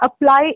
apply